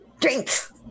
Drinks